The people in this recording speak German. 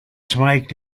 zweig